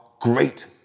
great